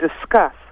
discuss